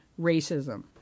racism